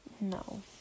No